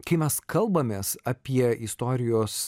kai mes kalbamės apie istorijos